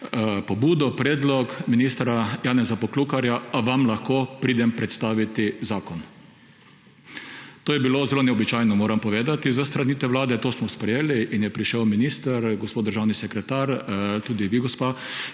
pobudo, predlog ministra Janeza Poklukarja – Ali vam lahko pridem predstavit zakon? To je bilo zelo neobičajno, moram povedati, s strani te vlade. To smo sprejeli in je prišel minister, gospod državni sekretar, tudi vi, gospa